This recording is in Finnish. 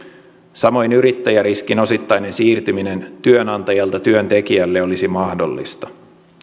samoin yrittäjäriskin osittainen siirtyminen työnantajalta työntekijälle olisi mahdollista